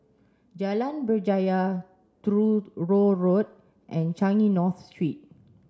Jalan Berjaya Truro Road and Changi North Street